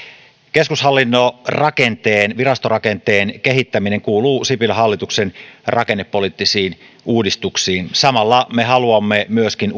keskushallinnon rakenteen virastorakenteen kehittäminen kuuluu sipilän hallituksen rakennepoliittisiin uudistuksiin samalla me haluamme myöskin